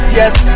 yes